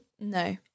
No